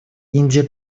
индия